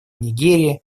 нигерии